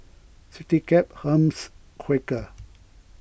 CityCab Hermes Quaker